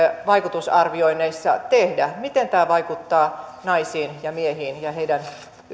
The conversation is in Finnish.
vaikutusarvioinneissa tehdä miten tämä vaikuttaa naisiin ja miehiin ja heidän